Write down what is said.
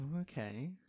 Okay